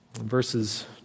Verses